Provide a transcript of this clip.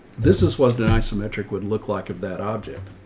this is what an isometric would look like of that object.